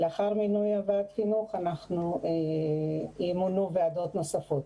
לאחר מינוי ועדת חינוך ימונו ועדות נוספות.